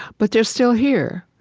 but they're still here.